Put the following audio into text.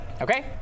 Okay